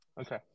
okay